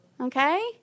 okay